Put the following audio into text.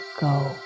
go